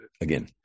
again